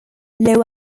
law